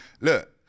look